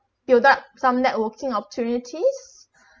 give that some networking opportunities